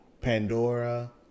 Pandora